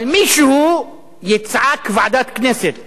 אבל מישהו יצעק: ועדת הכנסת,